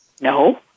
no